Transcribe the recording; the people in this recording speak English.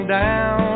down